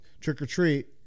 trick-or-treat